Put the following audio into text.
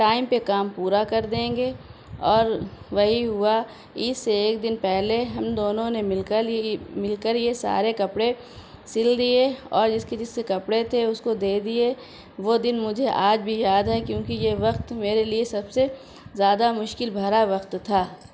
time پہ کام پورا کر دیں گے اور وہی ہوا عید سے ایک دن پہلے ہم دونوں نے مل کر مل کر یہ سارے کپڑے سل دیے اور جس کے جس کے کپڑے تھے اس کو دے دیے وہ دن مجھے آج بھی یاد ہے کیوں کہ یہ وقت میرے لیے سب سے زیادہ مشکل بھرا وقت تھا